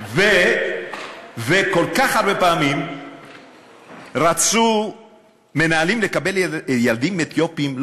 וכל כך הרבה פעמים רצו מנהלים לקבל ילדים אתיופים,